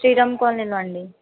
శ్రీరామ్ కాలనీలో అండి